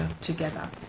together